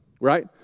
right